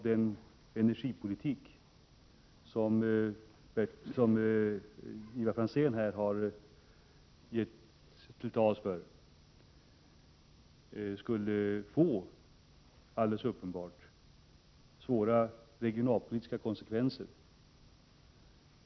Den energipolitik som Ivar Franzén här har talat för skulle få svåra regionalpolitiska konsekvenser.